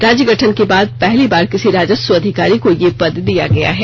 राज्य गठन के बाद पहली बार किसी राजस्व अधिकारी को यह पद दिया गया है